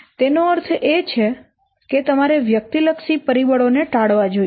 તેનો અર્થ એ છે કે તમારે વ્યક્તિલક્ષી પરિબળો ને ટાળવા જોઈએ